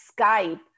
Skype